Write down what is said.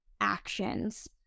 actions